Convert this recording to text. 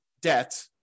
debt